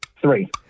Three